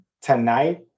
tonight